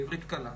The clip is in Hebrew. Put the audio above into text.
בעברית קלה.